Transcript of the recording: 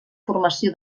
formació